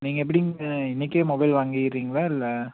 நீங்கள் எப்படிங்க இன்றைக்கே மொபைல் வாங்கிடுறீங்களா இல்லை